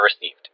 received